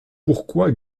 pourquoi